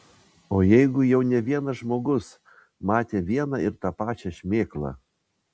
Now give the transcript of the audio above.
o jeigu jau ne vienas žmogus matė vieną ir tą pačią šmėklą